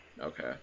Okay